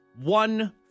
one